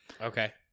Okay. –